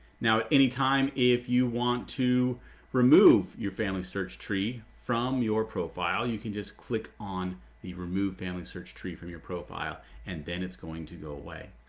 now any time if you want to remove your family search tree from your profile, you can just click on the remove family search tree from your profile and then it's going to go away.